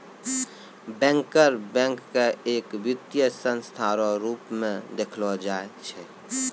banker bank के एक वित्तीय संस्था रो रूप मे देखलो जाय छै